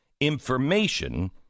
Information